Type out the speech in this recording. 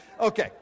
Okay